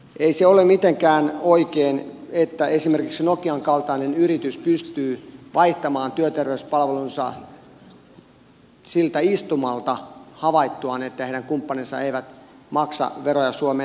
ei se ole mitenkään oikein että esimerkiksi nokian kaltainen yritys pystyy vaihtamaan työterveyspalvelunsa siltä istumalta havaittuaan että heidän kumppaninsa eivät maksa veroja suomeen